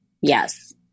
Yes